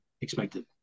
expected